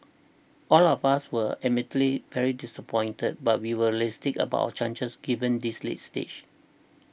all of us were admittedly very disappointed but we were realistic about chances given this late stage